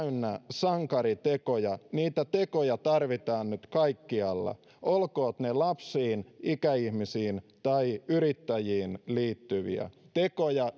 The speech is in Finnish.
sankaritekoja niitä tekoja tarvitaan nyt kaikkialla olkoot ne lapsiin ikäihmisiin tai yrittäjiin liittyviä siis tekoja